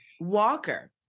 Walker